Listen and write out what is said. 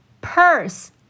Purse